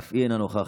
אף היא אינה נוכחת,